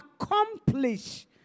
accomplish